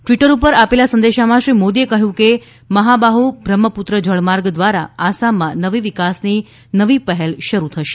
Twitter ઉપર આપેલા સંદેશામાં શ્રી મોદીએ કહ્યું છે કે મહાબાહુ બ્રહ્મપુત્ર જળમાર્ગ દ્વારા આસામમાં નવી વિકાસની નવી પહેલ શરૂ થશે